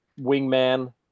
wingman